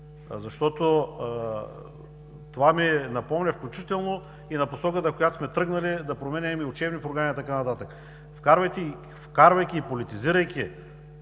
Това ми напомня включително и на посоката, в която сме тръгнали – да променяме учебни програми и така нататък. Вкарвайки и политизирайки